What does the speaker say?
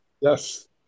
Yes